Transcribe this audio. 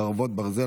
חרבות ברזל),